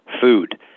food